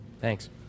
Thanks